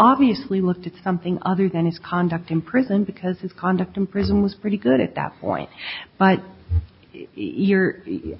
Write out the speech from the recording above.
obviously looked at something other than his conduct in prison because his conduct in prison was pretty good at that point but again